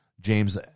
James